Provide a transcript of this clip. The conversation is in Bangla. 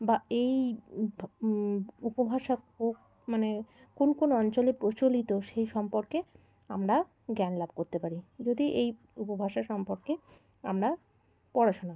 বা এই উপভাষা ও মানে কোন কোন অঞ্চলে প্রচলিত সেই সম্পর্কে আমরা জ্ঞান লাভ করতে পারি যদি এই উপভাষা সম্পর্কে আমরা পড়াশোনা করি